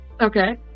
Okay